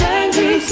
angry